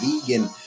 vegan